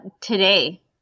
today